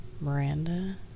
Miranda